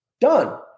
done